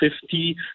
fifty